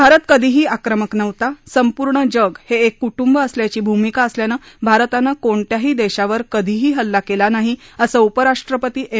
भारत कधीही आक्रमक नव्हता संपूर्ण जग हे एक कुटुंब असल्याची भूमिका असल्यानं भारतानं कोणत्याही देशावर कधीही हल्ला केला नाही असं उपराष्ट्रपती एम